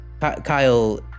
Kyle